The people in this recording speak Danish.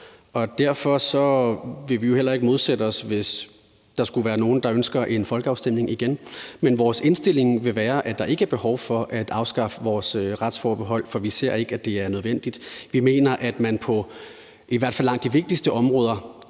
derfor vil vi jo heller ikke modsætte os det, hvis der skulle være nogle, der ønsker en folkeafstemning igen. Men vores indstilling vil være, at der ikke er behov for at afskaffe vores retsforbehold; vi ser ikke, det er nødvendigt. Vi mener, at man på i hvert fald langt de vigtigste områder